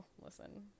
listen